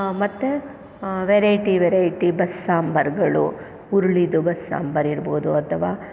ಮತ್ತೆ variety variety ಬಸ್ಸಾಂಬಾರುಗಳು ಹುರುಳಿದು ಬಸ್ಸಾಂಬರಿರ್ಬೋದು ಅಥವಾ